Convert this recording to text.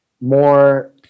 more